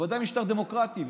בוודאי במשטר דמוקרטי.